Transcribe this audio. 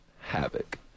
havoc